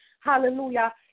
hallelujah